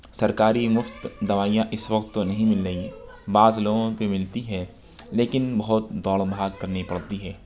سرکاری مفت دوائیاں اس وقت تو نہیں مل رہی ہیں بعض لوگوں کو ملتی ہیں لیکن بہت دوڑ بھاگ کرنی پڑتی ہے